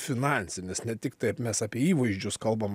finansinis ne tik taip mes apie įvaizdžius kalbam